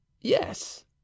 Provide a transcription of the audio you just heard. yes